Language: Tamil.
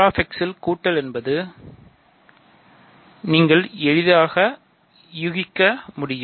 Rxல் கூட்டல் என்பது நீங்கள் எளிதாக யூகிக்க முடியும்